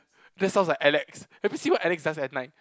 that sounds like Alex have you see what Alex does at night